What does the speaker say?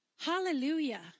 Hallelujah